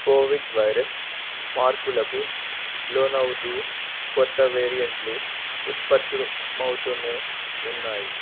Covid virus మార్పులకు లోనవుతు కొత్త వేరియంట్లు ఉత్పన్నం అవుతు ఉన్నాయి